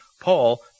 Paul